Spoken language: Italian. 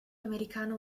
americano